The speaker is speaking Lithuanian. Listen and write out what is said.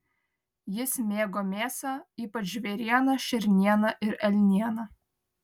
jis mėgo mėsą ypač žvėrieną šernieną ir elnieną